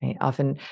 often